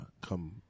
come